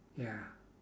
ya